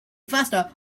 faster